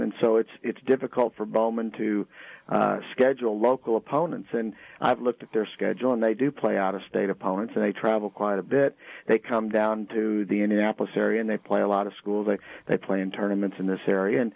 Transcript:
so it's difficult for bowman to schedule local opponents and i've looked at their schedule and they do play out of state opponents and they travel quite a bit they come down to the indianapolis area and they play a lot of schools that they play in tournaments in this area and